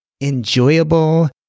enjoyable